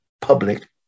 public